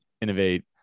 innovate